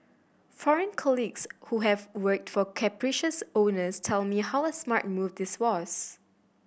foreign colleagues who have worked for capricious owners tell me how a smart move this was